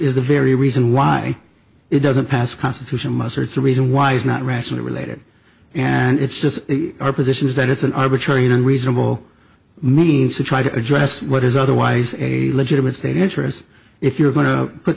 is the very reason why it doesn't pass constitutional muster it's the reason why it's not rational related and it's just our position is that it's an arbitrary and unreasonable means to try to address what is otherwise a legitimate state interest if you're going to put